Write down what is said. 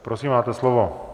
Prosím, máte slovo.